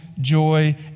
joy